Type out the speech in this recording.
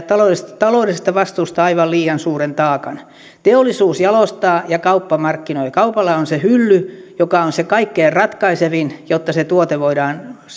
taloudellisesta taloudellisesta vastuusta aivan liian suuren taakan teollisuus jalostaa ja kauppa markkinoi kaupalla on se hylly joka on se kaikkein ratkaisevin jotta se tuote voidaan